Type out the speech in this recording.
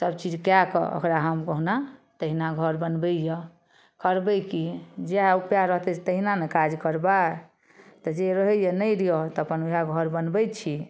सब चीज कए कऽ ओकरा हम कहुना तहिना घर बनबैये करबै की जएह उपाय रहतै तहिना ने काज करबै तऽ जे रहैये नहि रहैये तऽ अपन ओएह घर बनबै छी